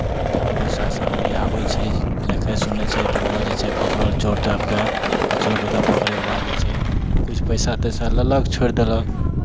तऽ पुलिस शासन भी आबै छै देखै सुनै छै तऽ ओहो जे छै पकड़ो चोर सभकेँ तऽ चोर लोककेँ पकड़यके बाद जे छै किछु पैसा तैसा लेलक छोड़ि देलक